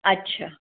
अच्छा